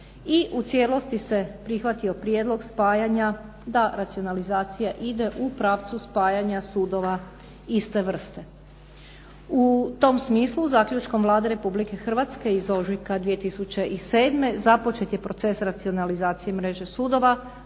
i u cijelosti se prihvatio prijedlog spajanja da racionalizacija ide u pravcu spajanja sudova iste vrste. U tom smislu zaključkom Vlade Republike Hrvatske iz ožujka 2007. započet je proces racionalizacije mreže sudova.